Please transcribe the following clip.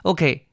Okay